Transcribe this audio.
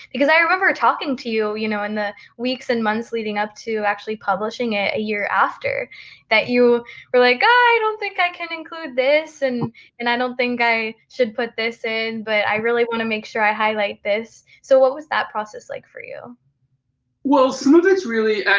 because i remember talking to you, you know, in the weeks and months leading up to actually publishing it a year after that you were like i don't think i can include this. and and i don't think i should put this in. but i really want to make sure i highlight this. so what was that process like for you? david cullen well some of it's really,